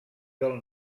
del